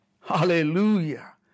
Hallelujah